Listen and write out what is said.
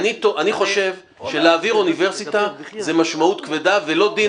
אני חושב שלהעביר אוניברסיטה זה משמעות כבדה ולא דין